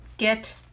Get